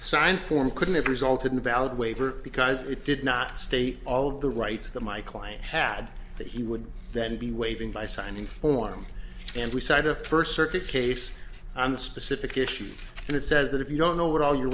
signed form couldn't have resulted in a valid waiver because it did not state all of the rights that my client had that he would then be waiving by signing form and we cite a first circuit case on specific issues and it says that if you don't know what all your